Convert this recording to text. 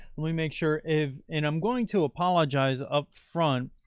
let me make sure if, and i'm going to apologize up front.